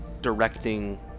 directing